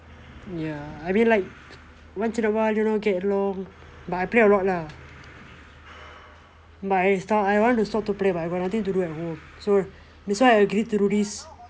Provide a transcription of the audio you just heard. ya I mean like once in a while you know get along but I play a lot lah I want to stop to play but I got nothing to do at home so that's why I agree to do this